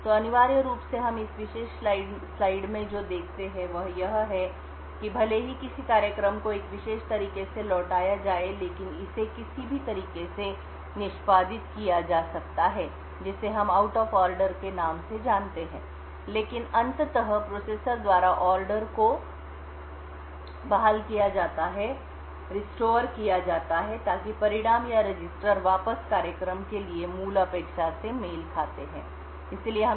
तो अनिवार्य रूप से हम इस विशेष स्लाइड में जो देखते हैं वह यह है कि भले ही किसी कार्यक्रम को एक विशेष तरीके से लौटाया जाए लेकिन इसे किसी भी तरीके से निष्पादित किया जा सकता है जिसे हम आउट ऑफ ऑर्डर जानते हैं लेकिन अंततः प्रोसेसर द्वारा ऑर्डर को बहाल किया जाता है ताकि परिणाम या रजिस्टर वापस कार्यक्रम के लिए मूल अपेक्षा से मेल खाते हैं